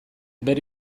bere